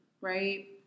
right